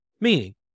meaning